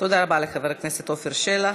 תודה רבה לחבר הכנסת עפר שלח.